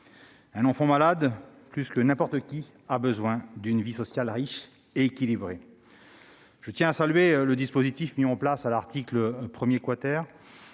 Un enfant malade a plus que quiconque besoin d'une vie sociale riche et équilibrée. Je tiens à saluer le dispositif mis en place à l'article 1, qui